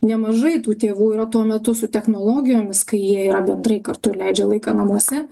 nemažai tų tėvų yra tuo metu su technologijomis kai jie yra bendrai kartu leidžia laiką namuose